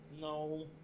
No